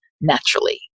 naturally